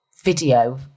video